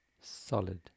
solid